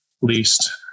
least